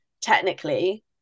technically